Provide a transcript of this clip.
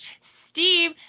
Steve